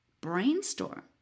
Brainstorm